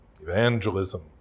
evangelism